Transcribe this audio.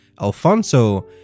Alfonso